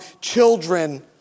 children